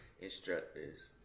instructors